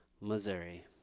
Missouri